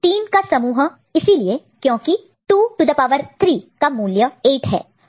3 का समूह group group इसलिए क्योंकि 2 टू द पावर 3 का मूल्य 8 है